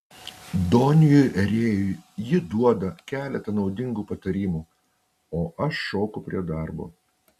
doniui rėjui ji duoda keletą naudingų patarimų o aš šoku prie darbo